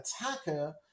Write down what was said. attacker